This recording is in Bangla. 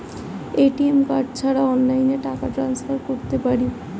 এ.টি.এম কার্ড ছাড়া অনলাইনে টাকা টান্সফার করতে পারি?